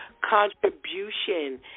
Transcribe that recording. contribution